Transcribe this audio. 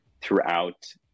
throughout